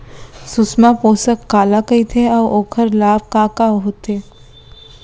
सुषमा पोसक काला कइथे अऊ ओखर लाभ का का होथे?